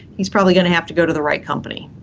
he is probably going to have to go to the right company.